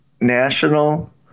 National